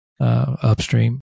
upstream